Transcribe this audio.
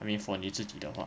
I mean for 你自己的话